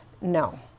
no